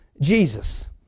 Jesus